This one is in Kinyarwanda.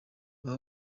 aba